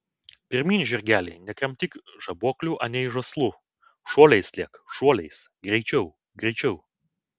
pirmyn žirgeli nekramtyk žaboklių anei žąslų šuoliais lėk šuoliais greičiau greičiau